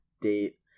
date